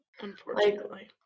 Unfortunately